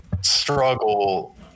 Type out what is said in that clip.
struggle